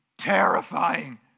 terrifying